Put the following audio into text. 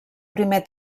primer